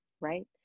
right